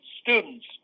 students